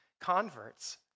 converts